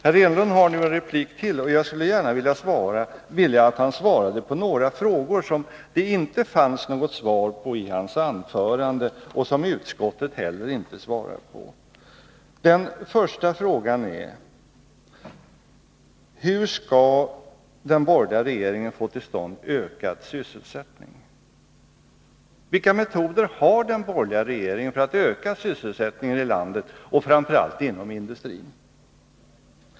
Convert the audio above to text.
Herr Enlund har en replik till, och jag skulle gärna vilja att han svarar på några frågor som det inte fanns något svar på i hans anförande och inte heller finns svar på i utskottets betänkande. Den första frågan är: Hur skall den borgerliga regeringen få till stånd ökad sysselsättning? Vilka metoder har den borgerliga regeringen för att öka sysselsättningen i landet och framför allt inom industrin?